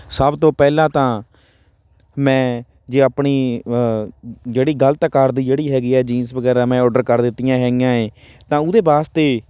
ਸਭ ਤੋਂ ਪਹਿਲਾਂ ਤਾਂ ਮੈਂ ਜੇ ਆਪਣੀ ਜਿਹੜੀ ਗਲਤ ਆਕਾਰ ਦੀ ਜਿਹੜੀ ਹੈਗੀ ਹੈ ਜੀਨਸ ਵਗੈਰਾ ਮੈਂ ਓਡਰ ਕਰ ਦਿੱਤੀਆਂ ਹੈਗੀਆਂ ਹੈ ਤਾਂ ਉਹਦੇ ਵਾਸਤੇ